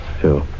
two